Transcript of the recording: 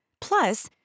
Plus